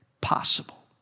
possible